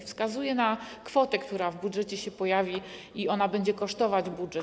Wskazuje na kwotę, która w budżecie się pojawi, i ona będzie kosztować budżet.